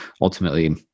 ultimately